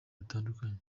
butandukanye